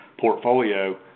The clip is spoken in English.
portfolio